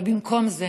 אבל במקום זה